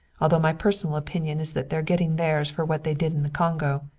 though my personal opinion is that they're getting theirs for what they did in the congo.